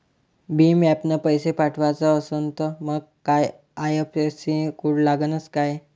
भीम ॲपनं पैसे पाठवायचा असन तर मंग आय.एफ.एस.सी कोड लागनच काय?